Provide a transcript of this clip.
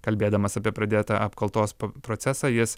kalbėdamas apie pradėtą apkaltos procesą jis